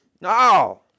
No